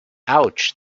ouch